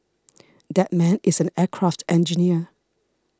that man is an aircraft engineer